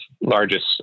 largest